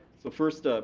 so, first,